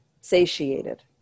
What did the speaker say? satiated